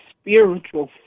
spiritual